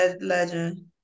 Legend